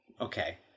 Okay